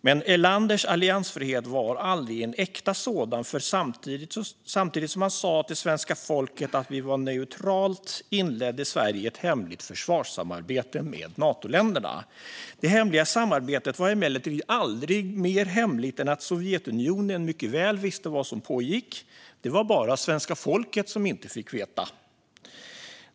Men Erlanders alliansfrihet var aldrig en äkta sådan, för samtidigt som han sa till svenska folket att vi var neutrala inledde Sverige ett hemligt försvarssamarbete med Natoländerna. Det hemliga samarbetet var emellertid aldrig mer hemligt än att Sovjetunionen mycket väl visste vad som pågick. Det var bara svenska folket som inte fick veta något.